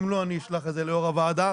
אם לא, אני אשלח את זה ליו"ר הוועדה.